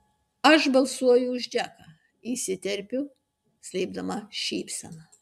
aš balsuoju už džeką įsiterpiu slėpdama šypseną